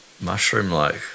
mushroom-like